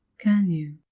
can you?